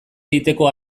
egiteko